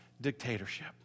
dictatorship